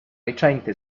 recente